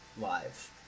live